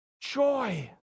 Joy